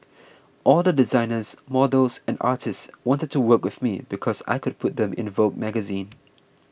all the designers models and artists wanted to work with me because I could put them in a Vogue magazine